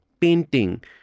painting